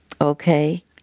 okay